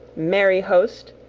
merry host,